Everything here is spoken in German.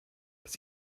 dass